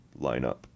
lineup